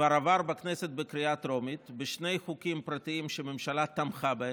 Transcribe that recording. כבר עבר בכנסת בקריאה טרומית בשני חוקים פרטיים שהממשלה תמכה בהם.